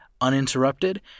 uninterrupted